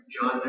John